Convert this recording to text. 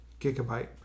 Gigabyte